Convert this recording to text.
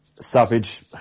Savage